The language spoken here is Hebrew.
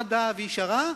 חדה וישרה,